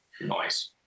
Nice